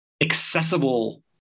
accessible